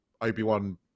obi-wan